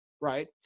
right